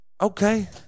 okay